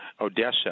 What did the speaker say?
Odessa